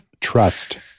Trust